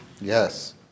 Yes